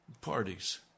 parties